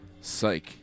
Psych